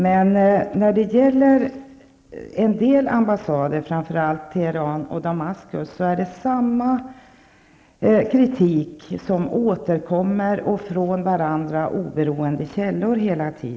Men när det gäller en del ambassader, framför allt i Teheran och Damaskus, återkommer samma kritik, och det från varandra oberoende källor.